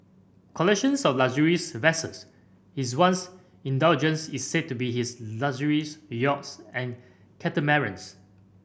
collections of luxuries vessels His once indulgence is said to be his luxuries yachts and catamarans